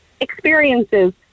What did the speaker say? experiences